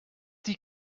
die